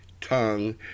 tongue